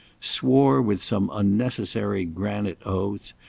swore with some unnecessary granite oaths,